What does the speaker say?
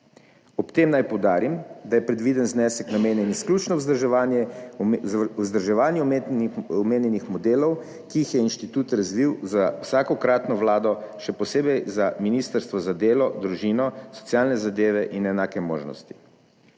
Ob tem naj poudarim, da je predviden znesek namenjen izključno vzdrževanju omenjenih modelov, ki jih je inštitut razvil za vsakokratno vlado, še posebej za Ministrstvo za delo, družino, socialne zadeve in enake možnosti.